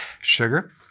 sugar